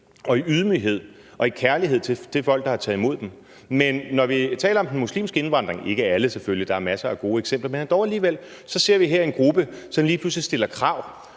og i ydmyghed og i kærlighed til det folk, der har taget imod dem. Men når vi taler om den muslimske indvandring – ikke alle, selvfølgelig, for der er masser af gode eksempler, men dog alligevel – så ser vi en gruppe, som lige pludselig stiller krav